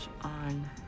on